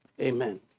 amen